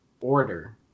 order